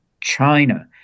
China